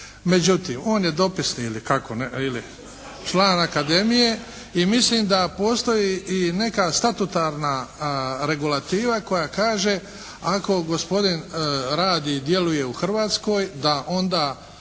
Međutim on je dopisni ili kako, član akademije i mislim da postoji i neka statutarna regulativa koja kaže ako gospodin radi i djeluje u Hrvatskoj da onda